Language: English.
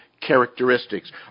characteristics